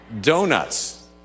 donuts